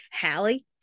Hallie